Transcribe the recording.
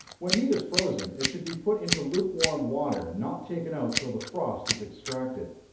when meat is frozen, it should be put into lukewarm water, and not taken out till the frost is extracted.